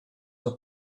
were